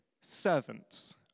servants